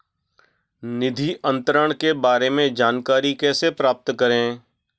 निधि अंतरण के बारे में जानकारी कैसे प्राप्त करें?